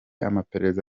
amaperereza